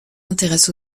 intéresse